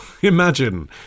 Imagine